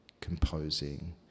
composing